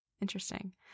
Interesting